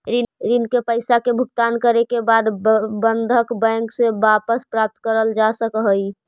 ऋण के पईसा के भुगतान करे के बाद बंधन बैंक से वापस प्राप्त करल जा सकऽ हई